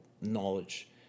knowledge